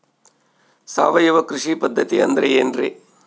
ಸಾವಯವ ಕೃಷಿ ಪದ್ಧತಿ ಅಂದ್ರೆ ಏನ್ರಿ?